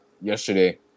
yesterday